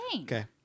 Okay